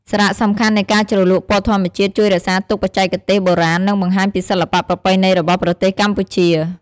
សារៈសំខាន់នៃការជ្រលក់ពណ៌ធម្មជាតិជួយរក្សាទុកបច្ចេកទេសបុរាណ និងបង្ហាញពីសិល្បៈប្រពៃណីរបស់ប្រទេសកម្ពុជា ។